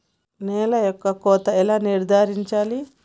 నేల యొక్క కోత ఎలా నిర్ధారించాలి?